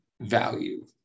value